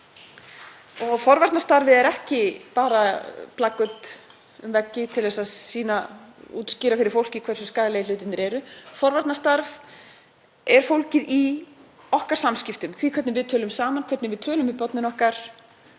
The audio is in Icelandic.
og forvarnastarfið er ekki bara plaggöt á veggjum til að útskýra fyrir fólki hversu skaðlegir hlutirnir eru. Forvarnastarf er fólgið í okkar samskiptum, því hvernig við tölum saman, hvernig við tölum við börnin okkar